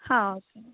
ಹಾಂ ಓಕೆ